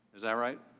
is that right?